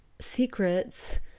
secrets